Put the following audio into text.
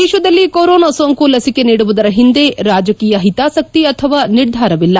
ದೇಶದಲ್ಲಿ ಕೊರೊನಾ ಸೋಂಕು ಲಸಿಕೆ ನೀಡುವುದರ ಹಿಂದೆ ರಾಜಕೀಯ ಹಿತಾಸಕ್ತಿ ಅಥವಾ ನಿರ್ಧಾರವಿಲ್ಲ